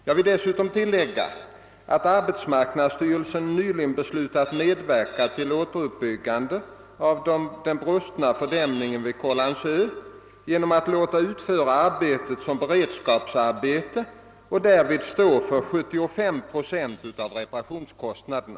Jag vill dessutom tillägga att arbetsmarknadsstyrelsen nyligen beslutat medverka till återuppbyggnaden av den brustna fördämningen på Kållandsö genom att låta utföra arbetet som beredskapsarbete och därvid stå för 75 procent av reparationskostnaden.